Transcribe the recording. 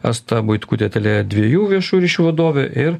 asta buitkutė tele dviejų viešųjų ryšių vadovė ir